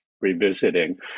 revisiting